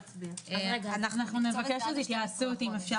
אנחנו נבקש לצאת להתייעצות לפני ההצבעה.